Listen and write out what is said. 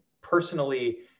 personally